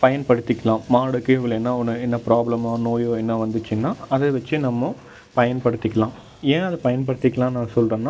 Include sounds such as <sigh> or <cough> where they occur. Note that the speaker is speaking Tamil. பயன்படுத்திக்லாம் மாடுக்கு <unintelligible> என்ன ஒன்று என்ன ப்ராப்ளமோ நோயோ என்ன வந்துச்சுன்னா அதை வச்சு நம்ம பயன்படுத்திக்கலாம் ஏன் அதை பயன்படுத்திக்கலான்னு நான் சொல்லுறன்னா